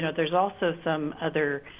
but there is also some other